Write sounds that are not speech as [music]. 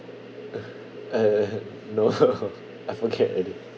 [breath] uh no [laughs] I forget already